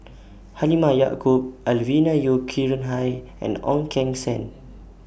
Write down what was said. Halimah Yacob Alvin Yeo Khirn Hai and Ong Keng Sen